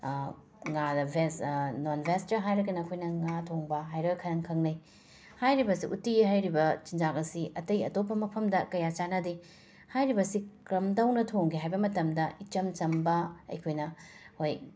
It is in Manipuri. ꯉꯥꯗ ꯚꯦꯁ ꯅꯣꯟ ꯚꯦꯁꯇ ꯍꯥꯏꯔꯒꯅ ꯑꯩꯈꯣꯏꯅ ꯉꯥ ꯊꯣꯡꯕ ꯍꯥꯏꯔ ꯈ ꯈꯪꯅꯩ ꯍꯥꯏꯔꯤꯕꯁꯤ ꯎꯇꯤ ꯍꯥꯏꯔꯤꯕ ꯆꯤꯟꯖꯥꯛ ꯑꯁꯤ ꯑꯇꯩ ꯑꯇꯣꯞꯄ ꯃꯐꯝꯗ ꯀꯌꯥ ꯆꯥꯅꯗꯦ ꯍꯥꯏꯔꯤꯕꯁꯤ ꯀ꯭ꯔꯝꯗꯧꯅ ꯊꯣꯡꯒꯦ ꯍꯥꯏꯕ ꯃꯇꯝꯗ ꯏꯆꯝ ꯆꯝꯕ ꯑꯩꯈꯣꯏꯅ ꯍꯣꯏ